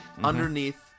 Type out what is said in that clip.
underneath